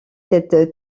cette